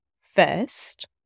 first